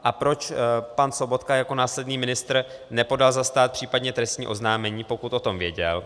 A proč pan Sobotka jako následný ministr nepodal za stát případně trestní oznámení, pokud o tom věděl.